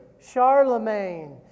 Charlemagne